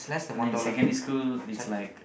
and then secondary school is like